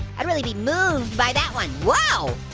i'd really be moved by that one. whoa,